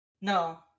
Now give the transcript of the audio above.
No